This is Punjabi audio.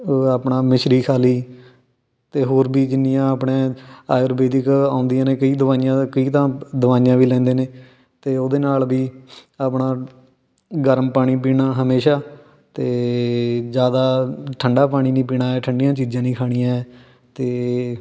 ਆਪਣਾ ਮਿਸ਼ਰੀ ਖਾ ਲਈ ਅਤੇ ਹੋਰ ਵੀ ਜਿੰਨੀਆਂ ਆਪਣੇ ਆਯੁਰਵੇਦਿਕ ਆਉਂਦੀਆਂ ਨੇ ਕਈ ਦਵਾਈਆਂ ਕਈ ਤਾਂ ਦਵਾਈਆਂ ਵੀ ਲੈਂਦੇ ਨੇ ਅਤੇ ਉਹਦੇ ਨਾਲ ਵੀ ਆਪਣਾ ਗਰਮ ਪਾਣੀ ਪੀਣਾ ਹਮੇਸ਼ਾਂ ਅਤੇ ਜ਼ਿਆਦਾ ਠੰਡਾ ਪਾਣੀ ਨਹੀਂ ਪੀਣਾ ਠੰਡੀਆਂ ਚੀਜ਼ਾਂ ਨਹੀਂ ਖਾਣੀਆਂ ਅਤੇ